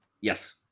Yes